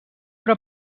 però